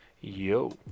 Yo